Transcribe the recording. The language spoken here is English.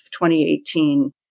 2018